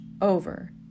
over